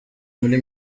muri